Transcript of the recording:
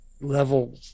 Level